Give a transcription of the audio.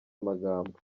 amagambo